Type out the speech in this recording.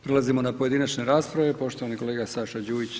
Prelazimo na pojedinačne rasprave, poštovani kolega Saša Đujić.